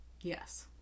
Yes